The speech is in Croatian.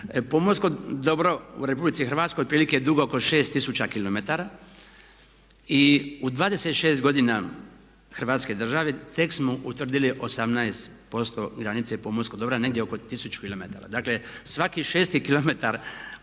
Pomorsko dobro u Republici Hrvatskoj je otprilike dugo oko 6000 km i u 26 godina Hrvatske države tek smo utvrdili 18% granice pomorskog dobra, negdje oko 1000 km. Dakle, svaki šesti kilometar